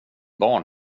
barn